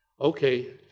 Okay